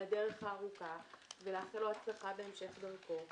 הדרך הארוכה ולאחל לו הצלחה בהמשך דרכו.